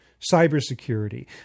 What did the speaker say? cybersecurity